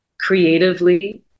creatively